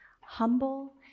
humble